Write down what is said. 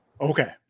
Okay